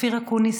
אופיר אקוניס,